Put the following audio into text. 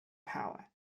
power